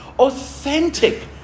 authentic